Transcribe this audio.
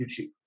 YouTube